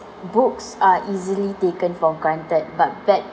books are easily taken for granted but back